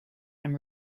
and